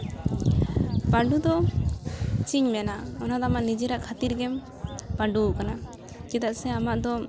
ᱯᱟᱺᱰᱩ ᱫᱚ ᱪᱮᱫ ᱤᱧ ᱢᱮᱱᱟ ᱚᱱᱟᱫᱚ ᱟᱢᱟᱜ ᱱᱤᱡᱮᱨᱟᱜ ᱠᱷᱟᱹᱛᱤᱨ ᱜᱮᱢ ᱯᱟᱺᱰᱩᱣᱟᱠᱟᱱᱟ ᱪᱮᱫᱟᱜ ᱥᱮ ᱟᱢ ᱫᱚ